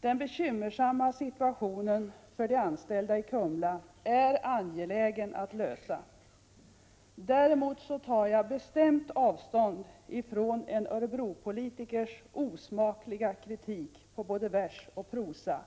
Det är angeläget att lösa den bekymmersamma situationen för de anställda i Kumla. Däremot tar jag bestämt avstånd från en Örebropolitikers osmakliga kritik på både vers och prosa.